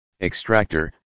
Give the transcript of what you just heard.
extractor